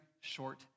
short